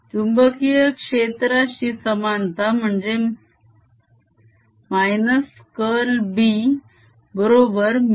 चुंबकीय क्षेत्राशी समानता म्हणजे - कर्ल B बरोबर μ0J